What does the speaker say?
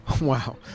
Wow